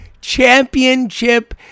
Championship